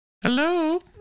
Hello